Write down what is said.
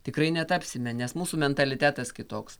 tikrai netapsime nes mūsų mentalitetas kitoks